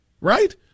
Right